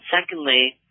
secondly